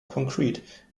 concrete